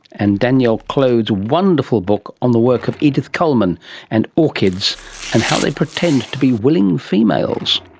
and danielle clode's wonderful book on the work of edith coleman and orchids and how they pretend to be willing females.